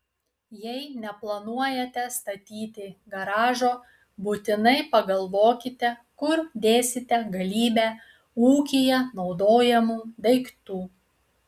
jei neplanuojate statyti garažo būtinai pagalvokite kur dėsite galybę ūkyje naudojamų daiktų